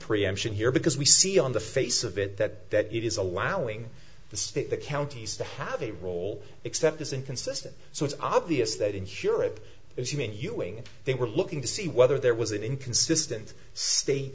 preemption here because we see on the face of it that it is allowing the state the counties to have a role except it's inconsistent so it's obvious that ensure it is human hewing they were looking to see whether there was an inconsistent